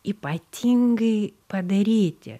ypatingai padaryti